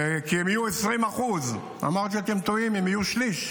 כי הם יהיו 20% אתם טועים, הם יהיו שליש.